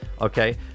Okay